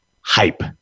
hype